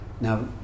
now